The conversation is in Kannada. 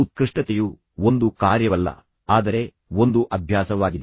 ಹಾಗಾದರೆ ಉತ್ಕೃಷ್ಟತೆಯು ಒಂದು ಕಾರ್ಯವಲ್ಲ ಆದರೆ ಒಂದು ಅಭ್ಯಾಸವಾಗಿದೆ